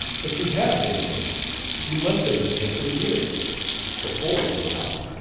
but you have been here you must have been here for years for four, anyhow.